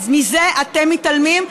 מזה אתם מתעלמים,